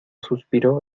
suspiró